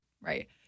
Right